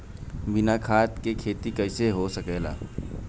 बिना खाद के खेती कइसे हो सकेला?